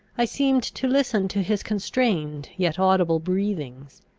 i seemed to listen to his constrained yet audible breathings.